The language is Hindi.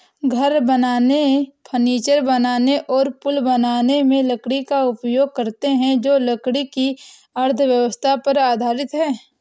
घर बनाने, फर्नीचर बनाने और पुल बनाने में लकड़ी का उपयोग करते हैं जो लकड़ी की अर्थव्यवस्था पर आधारित है